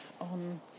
On